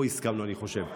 פה אני חושב שהסכמנו.